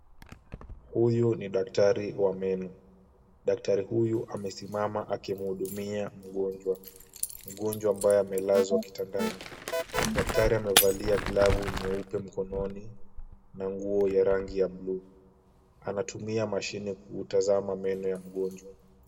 Huyu ni daktari wa meno. Daktari huyu amesimama akimhudumia mgonjwa, mgonjwa ambaye amelazwa kitandani. Daktari amevalia glavu nyeupe mkononi na nguo ya rangi ya blue . Anatumia mashine kuutazama meno ya mgonjwa.